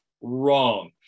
wrong